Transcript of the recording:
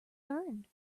earned